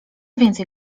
więcej